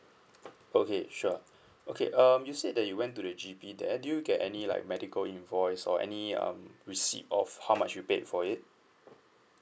okay sure okay um you said that you went to the G_P there do you get any like medical invoice or any um receipt of how much you paid for it